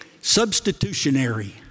Substitutionary